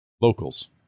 Locals